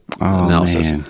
analysis